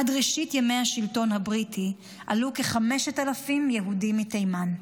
עד ראשית ימי השלטון הבריטי עלו כ-5,000 יהודים מתימן,